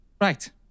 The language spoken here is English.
Right